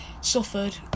suffered